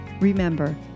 Remember